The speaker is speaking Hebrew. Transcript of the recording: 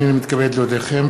הנני מתכבד להודיעכם,